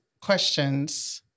questions